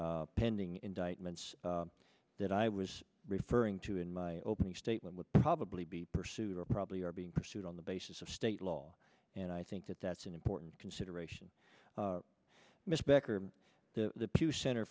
or pending indictments that i was referring to in my opening statement would probably be pursued or probably are being pursued on the basis of state law and i think that that's an important consideration mr becker the pew center